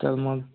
तर मग